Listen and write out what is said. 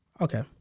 Okay